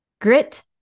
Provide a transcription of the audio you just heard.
Grit